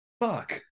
Fuck